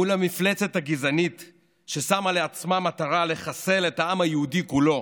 מול המפלצת הגזענית ששמה לעצמה למטרה לחסל את העם היהודי כולו,